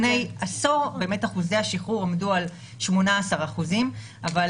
לפני עשור באמת אחוזי השחרור עמדו על 18%. אבל